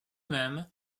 même